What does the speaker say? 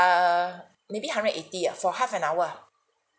maybe a hundred eighty ah for half an hour ah